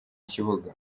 kibuga